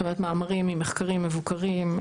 זאת אומרת מאמרים עם מחקרים מבוקרים.